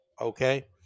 okay